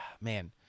man